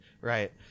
right